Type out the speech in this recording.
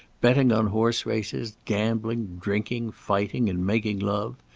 betting on horse-races, gambling, drinking, fighting, and making love.